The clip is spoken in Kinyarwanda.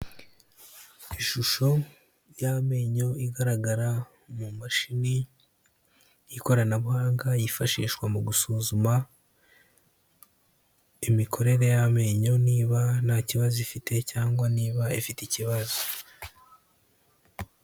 Ishusho y'amenyo igaragara mu mashini y'ikoranabuhanga yifashishwa mu gusuzuma imikorere y'amenyo niba nta kibazo ifite cyangwa niba ifite ikibazo.